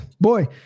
boy